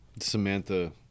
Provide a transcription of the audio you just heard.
samantha